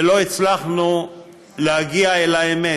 ולא הצלחנו להגיע אל האמת.